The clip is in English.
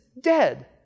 dead